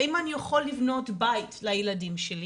האם אני יכול לבנות בית לילדים שלי.